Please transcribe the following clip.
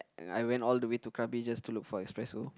I went all the way to krabi just to look for espresso